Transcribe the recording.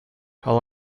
how